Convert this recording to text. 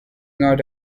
not